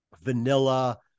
vanilla